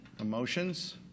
emotions